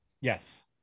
Yes